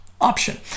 option